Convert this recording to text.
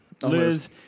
Liz